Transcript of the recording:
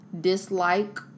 dislike